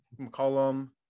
McCollum